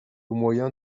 moyen